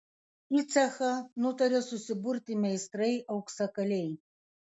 į cechą nutarė susiburti meistrai auksakaliai